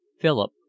Philip